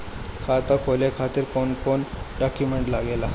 खाता खोले खातिर कौन कौन डॉक्यूमेंट लागेला?